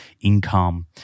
income